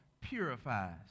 purifies